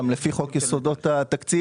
גם לפי חוק יסודות התקציב,